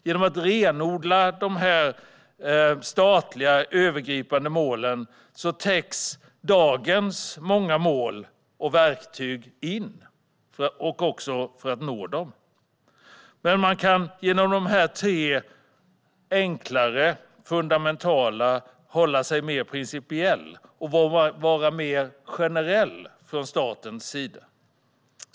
Genom att renodla dessa statliga, övergripande mål täcks många av dagens många mål och också verktyg för att nå dem in. Man kan genom dessa tre enklare och fundamentala mål förhålla sig mer principiell och vara mer generell från statens sida.